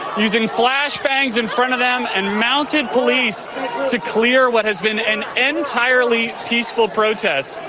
using flash bangs in front of them, and mounted police to clear what has been an entirely peaceful protest.